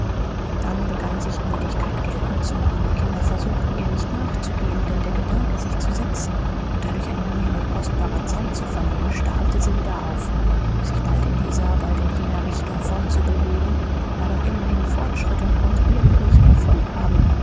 dann begann sich müdigkeit geltend zu machen die kinder versuchten ihr nicht nachzugeben denn der gedanke sich zu setzen und dadurch eine menge kostbarer zeit zu verlieren stachelte sie wieder auf sich bald in dieser bald in jener richtung fortzubewegen war doch immerhin fortschritt und konnte irgend welchen erfolg haben